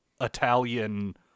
Italian